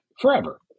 forever